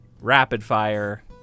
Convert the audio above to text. rapid-fire